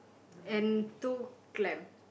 and two clam